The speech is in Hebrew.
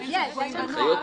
יש, ודאי.